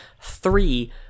Three